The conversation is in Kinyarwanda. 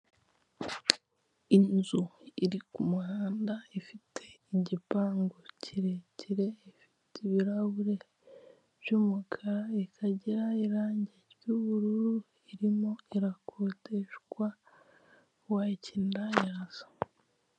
Inzu iri kumuhanda ifite igipangu kirekire, ifite ibirahure by'umukara, ikagira irange ry'ubururu, irimo irakodeshwa uwayikenera yaza.